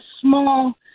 small